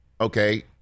okay